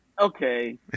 Okay